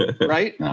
right